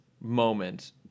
moment